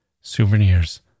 souvenirs